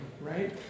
Right